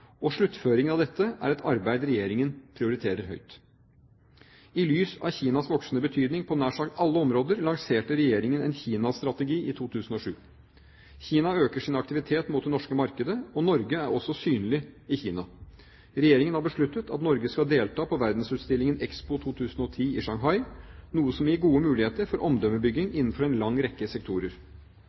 og sluttføringen av dette er et arbeid Regjeringen prioriterer høyt. I lys av Kinas voksende betydning på nær sagt alle områder lanserte Regjeringen en Kina-strategi i 2007. Kina øker sin aktivitet mot det norske markedet, og Norge er også synlig i Kina. Regjeringen har besluttet at Norge skal delta på verdensutstillingen Expo 2010 i Shanghai, noe som gir gode muligheter for omdømmebygging innenfor en lang rekke sektorer.